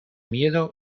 miedo